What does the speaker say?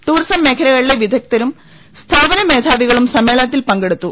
tourism മേഖലകളിലെ വിദഗ്ദരും സ്ഥാപന മേധാ വികളും സമ്മേളനത്തിൽ പങ്കെടുത്തു